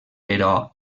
però